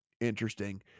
interesting